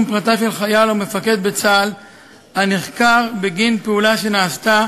פרטיו של חייל או מפקד בצה"ל הנחקר בגין פעולה שנעשתה